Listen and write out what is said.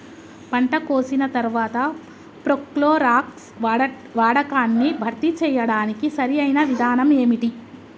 పంట కోసిన తర్వాత ప్రోక్లోరాక్స్ వాడకాన్ని భర్తీ చేయడానికి సరియైన విధానం ఏమిటి?